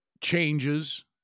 changes